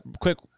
quick